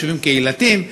יישובים קהילתיים,